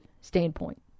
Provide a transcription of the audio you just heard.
standpoint